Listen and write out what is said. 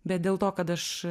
bet dėl to kad aš